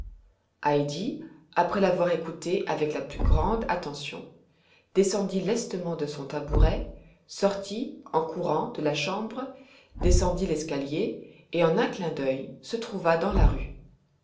après l'avoir écouté avec la plus grande attention descendit lestement de son tabouret sortit en courant de la chambre descendit l'escalier et en un clin d'œil se trouva dans la rue